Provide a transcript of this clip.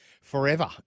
forever